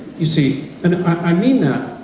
you see, and i mean that,